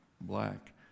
black